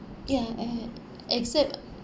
ya e~ except